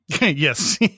Yes